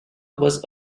was